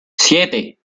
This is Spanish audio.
siete